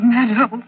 Meadow